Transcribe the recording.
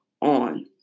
on